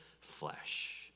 flesh